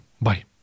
bye